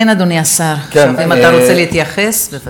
כן, אדוני השר, אם אתה רוצה להתייחס, בבקשה.